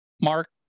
Mark